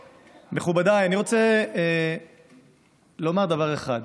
מכובדיי, אני רוצה לומר דבר אחד: